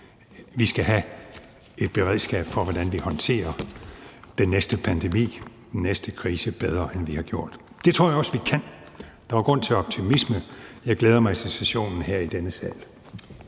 Vi skal have et beredskab for, hvordan vi håndterer den næste pandemi, den næste krise, bedre, end vi har gjort. Det tror jeg også vi kan, og der er grund til optimisme. Jeg glæder mig til sessionen i denne sal.